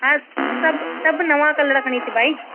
हा सभु सभु नवां कलर खणी अचु भाई